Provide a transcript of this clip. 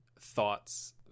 thoughts